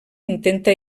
intenta